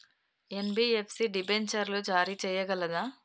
NBFC డిబెంచర్లు జారీ చేయగలదా?